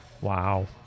Wow